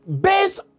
based